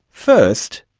first,